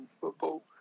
football